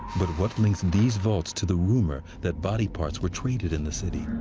but what links these vaults to the rumor that body parts were traded in the city?